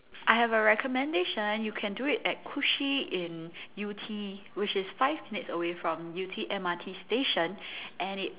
I have a recommendation you can do it at kushi in yew-tee which is five minutes away from yew-tee M_R_T station and it